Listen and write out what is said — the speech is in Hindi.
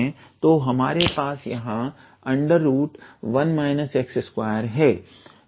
तो हमारे पास यहां 1 x2 हे